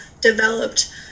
developed